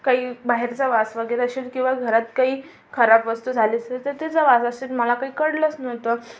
काही बाहेरचा वास वगैरे असेल किंवा घरात काही खराब वस्तू झाली असेल तर त्याचा वास असेल मला काही कळलंच नव्हतं